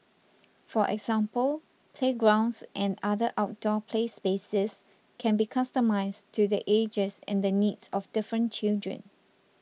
for example playgrounds and other outdoor play spaces can be customised to the ages and needs of different children